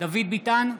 דוד ביטן,